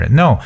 no